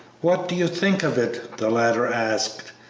what do you think of it? the latter asked.